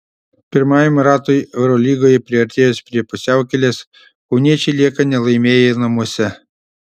pirmajam ratui eurolygoje priartėjus prie pusiaukelės kauniečiai lieka nelaimėję namuose